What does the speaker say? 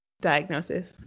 Diagnosis